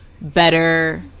better